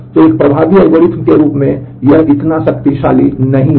तो एक प्रभावी एल्गोरिथ्म के रूप में यह उतना शक्तिशाली नहीं है